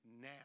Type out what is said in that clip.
now